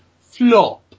flop